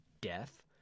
death